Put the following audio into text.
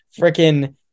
freaking